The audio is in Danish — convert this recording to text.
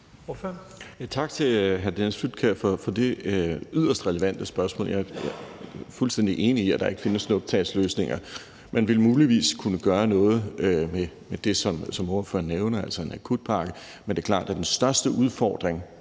Tak til hr. Dennis Flydtkjær for det yderst relevante spørgsmål, og jeg er fuldstændig enig i, at der ikke findes snuptagsløsninger. Man ville muligvis kunne gøre noget af det, som ordføreren nævner, altså en akutpakke. Men det er jo klart, at den største udfordring